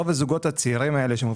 רוב הזוגות הצעירים האלה,